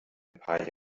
paar